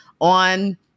on